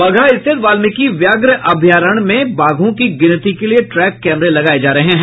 बगहा स्थित वाल्मिकी व्याघ्र अभयारण्य में बाघों की गिनती के लिये ट्रैक कैमरे लगाये जा रहे हैं